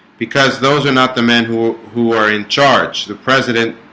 because those are not the men who who are in charge the president